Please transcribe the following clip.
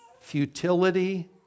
futility